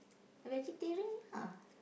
I vegetarian lah